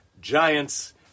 Giants